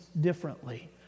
differently